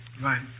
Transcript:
Right